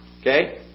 Okay